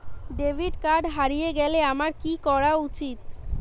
Debit card হারিয়ে গেলে আমার কি করা উচিৎ?